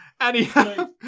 Anyhow